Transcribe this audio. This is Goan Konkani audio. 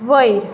वयर